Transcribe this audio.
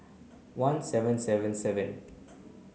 one seven seven seven